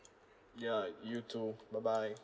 ya you too bye bye